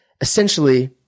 essentially